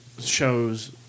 shows